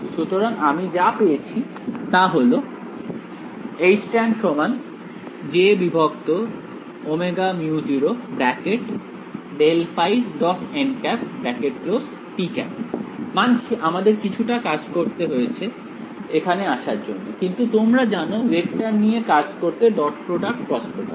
সুতরাং আমি যা পেয়েছি তা হল tan jωμ0∇ϕ · মানছি আমাদের কিছুটা কাজ করতে হয়েছে এখানে আসার জন্য কিন্তু তোমরা জানো ভেক্টর নিয়ে কাজ করতে ডট প্রোডাক্ট ক্রস প্রোডাক্ট